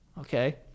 Okay